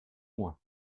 mois